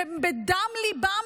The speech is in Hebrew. שבדם ליבן,